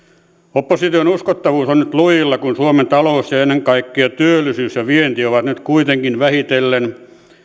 opposition uskottavuus on nyt lujilla kun suomen talous ja ennen kaikkea työllisyys ja vienti ovat nyt kuitenkin vähitellen